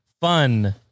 Fun